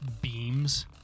beams